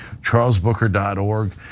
charlesbooker.org